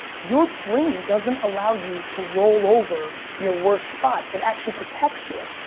your brain doesn't allow you to roll over your worst spot. it actually protects you.